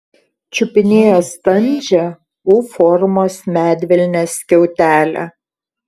čiupinėjo standžią u formos medvilnės skiautelę